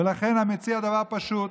ולכן אני מציע דבר פשוט: